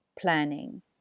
planning